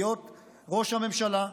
להיות ראש הממשלה,